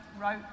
wrote